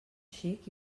xic